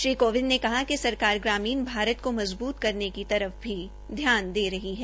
श्री कोविंद ने कहा कि सरकार ग्रामीण भारत को मजबूत करने की तरफ भी ध्यान दे रही है